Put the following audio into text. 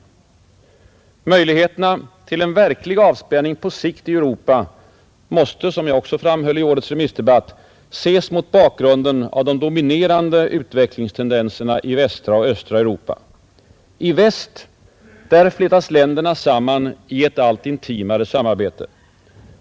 Möjligheterna till en verklig avspänning på sikt i Europa måste — som jag också framhöll i årets remissdebatt — ses mot bakgrunden av de dominerande utvecklingstendenserna i västra och östra Europa. I väst flätas länderna samman i ett allt intimare samarbete.